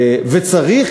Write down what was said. וצריך,